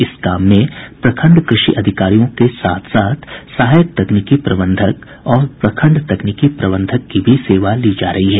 इस काम में प्रखंड कृषि अधिकारियों के साथ साथ सहायक तकनीकी प्रबंधक और प्रखंड तकनीकी प्रबंधक की भी सेवा ली जा रही है